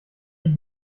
ich